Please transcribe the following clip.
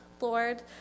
Lord